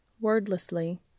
Wordlessly